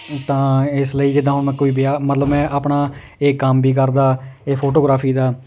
ਤਾਂ ਇਸ ਲਈ ਜਿੱਦਾਂ ਹੁਣ ਮੈਂ ਕੋਈ ਵਿਆਹ ਮਤਲਬ ਮੈਂ ਆਪਣਾ ਇਹ ਕੰਮ ਵੀ ਕਰਦਾ ਇਹ ਫੋਟੋਗ੍ਰਾਫੀ ਦਾ